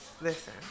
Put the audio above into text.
listen